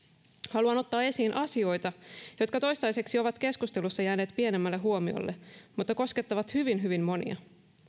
haluan ottaa esiin asioita jotka toistaiseksi ovat keskustelussa jääneet pienemmälle huomiolle mutta koskettavat hyvin hyvin monia